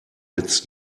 its